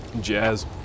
Jazz